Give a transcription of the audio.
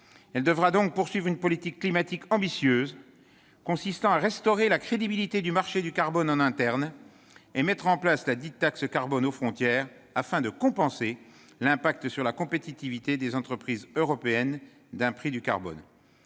elle devra poursuivre une politique climatique ambitieuse consistant à restaurer la crédibilité du marché du carbone en interne, et mettre en place la taxe carbone aux frontières, afin de compenser l'impact du prix du carbone sur la compétitivité des entreprises européennes. La transition